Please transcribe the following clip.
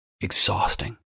Exhausting